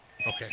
Okay